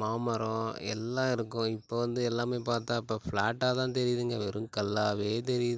மாமரம் எல்லாம் இருக்கும் இப்போ வந்து எல்லாமே பார்த்தா இப்போ ஃப்ளாட்டாக தான் தெரியுதுங்க வெறும் கல்லாவே தெரியுது